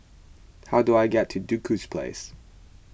how do I get to Duku Place